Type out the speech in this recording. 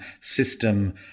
system